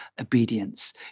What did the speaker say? obedience